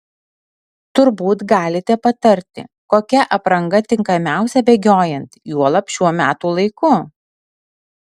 turbūt galite patarti kokia apranga tinkamiausia bėgiojant juolab šiuo metų laiku